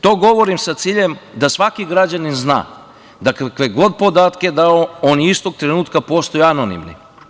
To govorim sa ciljem da svaki građanin zna da kakve god podatke on istog trenutka postaju anonimni.